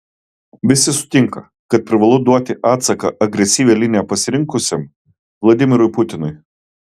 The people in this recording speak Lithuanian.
visi sutinka kad privalu duoti atsaką agresyvią liniją pasirinkusiam vladimirui putinui